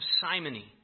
simony